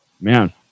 man